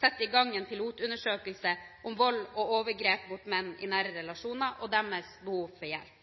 sette i gang en pilotundersøkelse om vold og overgrep mot menn i nære relasjoner og deres behov for hjelp.